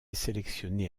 sélectionné